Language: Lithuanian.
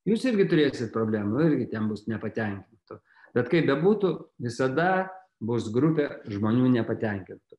jūs irgi turėsit problemų irgi ten bus nepatenkintų bet kaip bebūtų visada bus grupė žmonių nepatenkintų